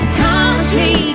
country